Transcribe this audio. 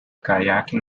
caiaque